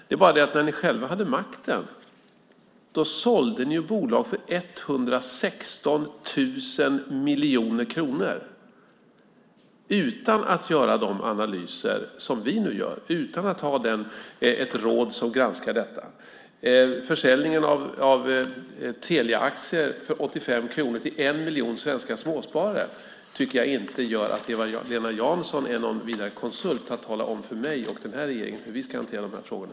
Det är bara det att när ni själva hade makten sålde ni bolag för 116 000 miljoner kronor, utan att göra de analyser som vi nu gör, utan att ha ett råd som granskar detta. Försäljningen av Teliaaktier för 85 kronor till en miljon svenska småsparare gör inte att Eva-Lena Jansson är någon vidare konsult som ska tala om för mig och regeringen hur vi ska hantera de här frågorna.